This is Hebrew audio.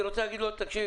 היא רוצה להגיד לו: תקשיב,